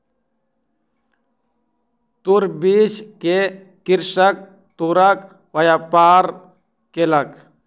तूर बीछ के कृषक तूरक व्यापार केलक